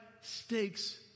stakes